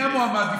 מי המועמד?